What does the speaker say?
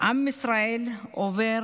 עם ישראל עובר